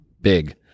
big